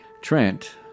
Trent